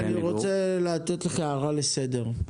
אני רוצה להעיר לך הערה לסדר.